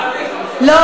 בערבית, לא בעברית.